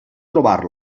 trobar